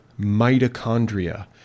mitochondria